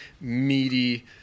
meaty